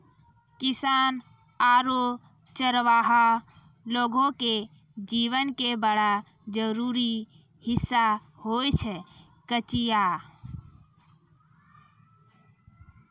किसान आरो चरवाहा लोगो के जीवन के बड़ा जरूरी हिस्सा होय छै कचिया